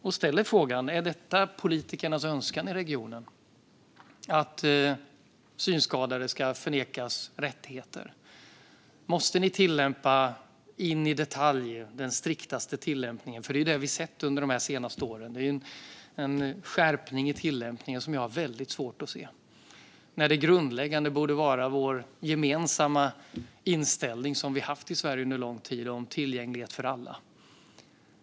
Man kunde fråga: Är det politikernas önskan i regionen att synskadade ska nekas rättigheter? Måste ni in i minsta detalj göra den striktaste tillämpningen? Det är nämligen detta vi sett de senaste åren: en skärpning i tillämpningen som jag har väldigt svårt att förstå. Det grundläggande borde vara vår gemensamma inställning, som vi har haft i Sverige under lång tid, som går ut på tillgänglighet för alla.